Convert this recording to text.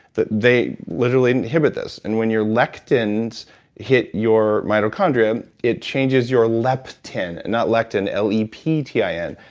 that they literally inhibit this. and when your lectins hit your mitochondria, it changes your leptin, not lectin, l e p t i n.